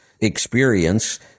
experience